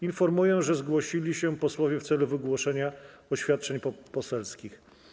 Informuję, że zgłosili się posłowie w celu wygłoszenia oświadczeń poselskich.